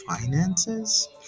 finances